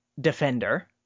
defender